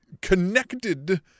connected